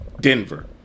Denver